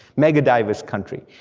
mega diverse country.